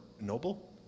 Noble